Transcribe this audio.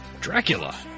Dracula